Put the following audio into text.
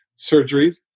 surgeries